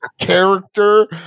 character